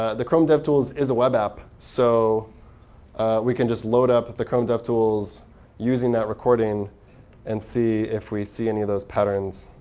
ah the chrome devtools is a web app. so we can just load up the chrome devtools using that recording and see if we see any of those patterns.